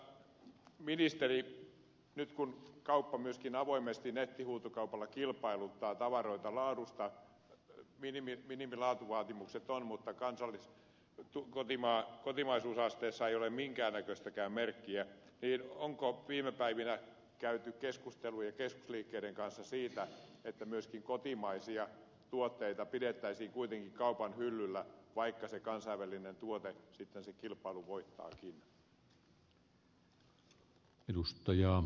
arvoisa ministeri nyt kun kauppa avoimesti myöskin nettihuutokaupalla kilpailuttaa tavaroita minimilaatuvaatimukset on mutta kotimaisuusasteesta ei ole minkään näköistä merkkiä niin onko viime päivinä käyty keskusteluja keskusliikkeiden kanssa siitä että myöskin kotimaisia tuotteita kuitenkin pidettäisiin kaupan hyllyllä vaikka se kansainvälinen tuote sitten sen kilpailun voittaakin